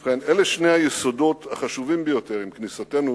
ובכן, אלה שני היסודות החשובים ביותר עם כניסתנו